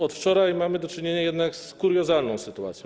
Od wczoraj mamy do czynienia jednak z kuriozalną sytuacją.